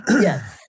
Yes